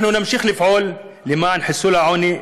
אנחנו נמשיך לפעול לחיסול העוני,